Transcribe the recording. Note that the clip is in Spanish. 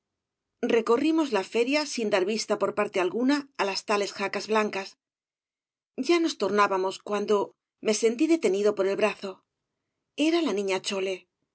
recorrimos la feria sin dar vista por parte alguna á las tales jacas blancas ya nos tornábamos cuando me sentí detenido por el brazo era la niña chole